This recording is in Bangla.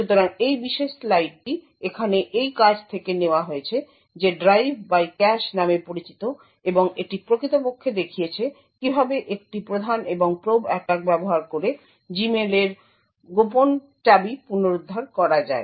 সুতরাং এই বিশেষ স্লাইডটি এখানে এই কাজ থেকে নেওয়া হয়েছে যা ড্রাইভ বাই ক্যাশ নামে পরিচিত এবং এটি প্রকৃতপক্ষে দেখিয়েছে কিভাবে একটি প্রধান এবং প্রোব অ্যাটাক ব্যবহার করে জিমেলের গোপন চাবি পুনরুদ্ধার করা যায়